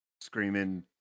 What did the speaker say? screaming